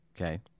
Okay